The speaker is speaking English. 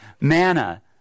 Manna